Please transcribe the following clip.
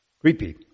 Creepy